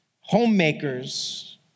homemakers